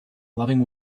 loving